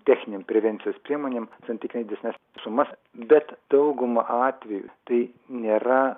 techninėm prevencijos priemonėms santykinai didesnes sumas bet dauguma atvejų tai nėra